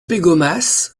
pégomas